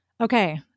Okay